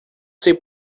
sei